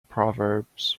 proverbs